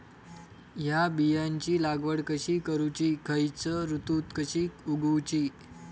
हया बियाची लागवड कशी करूची खैयच्य ऋतुत कशी उगउची?